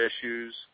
issues